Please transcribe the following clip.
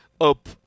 up